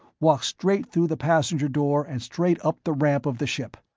walk straight through the passenger door and straight up the ramp of the ship.